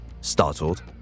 startled